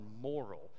moral